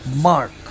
mark